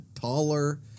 taller